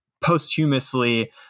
posthumously